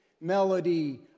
melody